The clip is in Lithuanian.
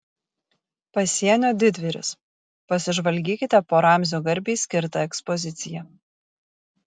pasienio didvyris pasižvalgykite po ramzio garbei skirtą ekspoziciją